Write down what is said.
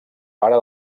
pare